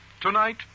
Tonight